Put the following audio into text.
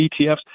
ETFs